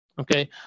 okay